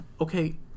okay